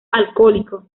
alcohólico